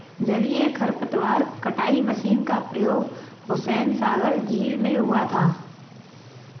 जलीय खरपतवार कटाई मशीन का प्रयोग हुसैनसागर झील में हुआ था